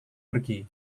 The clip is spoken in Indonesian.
pergi